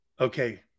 Okay